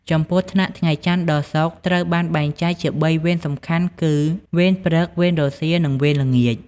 ចំពោះថ្នាក់ថ្ងៃច័ន្ទ ដល់ សុក្រ ត្រូវបានបែងចែកជា បីវេនសំខាន់ គឺ វេនព្រឹក វេនរសៀល និងវេនល្ងាច។